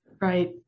Right